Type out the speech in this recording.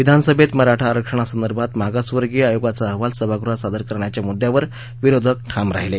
विधानसभेत मराठा आरक्षणासंदर्भात मागासवर्गीय आयोगाचा अहवाल सभागृहात सादर करण्याच्या मुद्यावर विरोधक ठाम राहीले